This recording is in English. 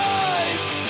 eyes